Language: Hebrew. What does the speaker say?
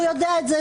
והוא יודע זאת,